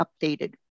updated